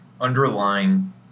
underlying